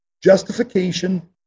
Justification